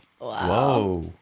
Wow